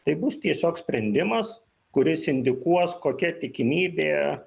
tai bus tiesiog sprendimas kuris indikuos kokia tikimybė